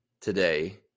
today